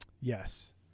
yes